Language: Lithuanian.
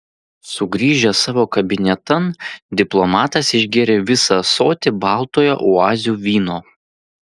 sugrįžęs savo kabinetan diplomatas išgėrė visą ąsotį baltojo oazių vyno